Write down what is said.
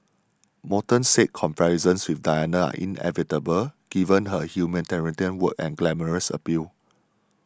Morton says comparisons with Diana are inevitable given her humanitarian work and glamorous appeal